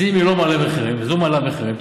אז אם היא לא מעלה מחירים וזו מעלה מחירים,